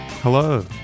Hello